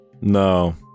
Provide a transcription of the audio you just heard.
No